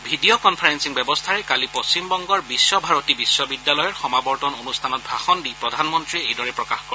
video conferencing ব্যৱস্থাৰে কালি পশ্চিমবংগৰ বিশ্ব ভাৰতী বিশ্ববিদ্যালয়ৰ সমাৱৰ্তন অনুষ্ঠানত ভাষণ দি প্ৰধানমন্তীয়ে এইদৰে প্ৰকাশ কৰে